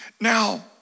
Now